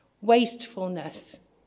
wastefulness